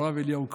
הרב אליהו כהן,